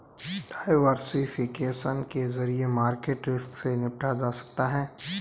diversification के जरिए market risk से निपटा जा सकता है